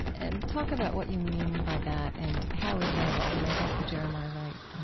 and talk about what you mean by that and how is that evolving? i guess the jeremiah wright